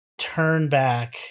Turnback